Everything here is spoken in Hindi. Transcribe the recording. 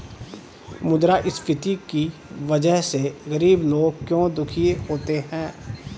मुद्रास्फीति की वजह से गरीब लोग क्यों दुखी होते हैं?